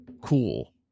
cool